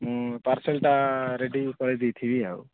ମୁଁ ପାର୍ସଲ୍ଟା ରେଡ଼ି କରିଦେଇଥିବି ଆଉ